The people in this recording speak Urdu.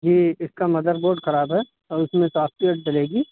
جی اس کا مدر بورڈ خراب ہے اور اس میں سافٹ ویئر ڈلے گی